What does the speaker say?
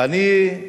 ואני,